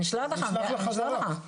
אני אשלח לך חזרה.